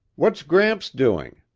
what's gramps doing?